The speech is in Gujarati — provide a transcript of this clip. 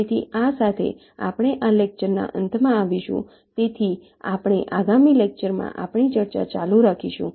તેથી આ સાથે આપણે આ લેકચર ના અંતમાં આવીશું તેથી આપણે આગામી લેક્ચર માં આપણી ચર્ચા ચાલુ રાખીશું